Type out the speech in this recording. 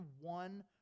one